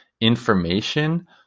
information